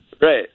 Right